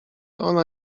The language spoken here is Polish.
ona